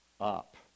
up